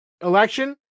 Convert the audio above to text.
election